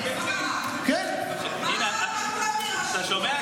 מה קרה --- אתה שומע,